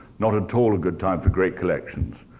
not at all a good time for great collections.